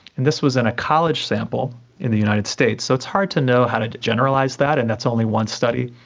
this was in a college sample in the united states, so it's hard to know how to generalise that and that's only one study.